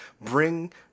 bring